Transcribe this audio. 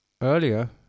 earlier